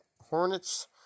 Hornets